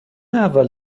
اول